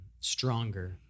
stronger